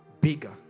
bigger